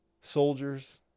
soldiers